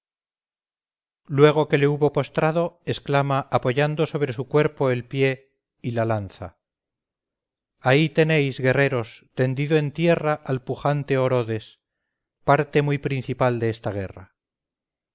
luego que le hubo postrado exclama apoyando sobre su cuerpo el pie y la lanza ahí tenéis guerreros tendido en tierra al pujante orodes parte muy principal de esta guerra